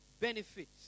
benefits